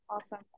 awesome